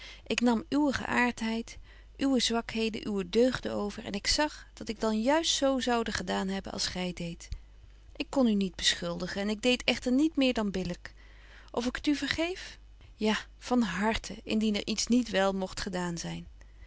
ik nam uwe geaartheid uwe zwakheden uwe deugden over en ik zag dat ik dan juist zo zoude gedaan hebben als gy deedt ik kon u niet beschuldigen en ik deed echter niet meer dan billyk of ik het u vergeef ja van harten indien er iets niet wel mogt gedaan zyn